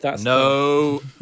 No